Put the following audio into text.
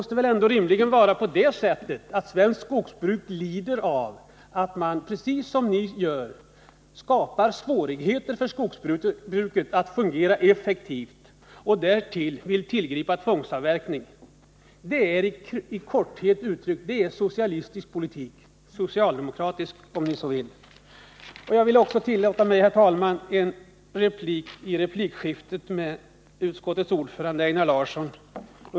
Svenskt skogsbruk måste ändå lida av att man, precis som ni gör, skapar svårigheter för skogsbruket att fungera effektivt. Dessutom vill ni ju tillgripa tvångsavverkning. Detta är kort uttryckt socialistisk politik — socialdemokratisk om ni så vill. Jag vill också, herr talman, tillåta mig en replik med anledning av replikskiftet mellan Svante Lundkvist och utskottets ordförande Einar Larsson.